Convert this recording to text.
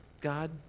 God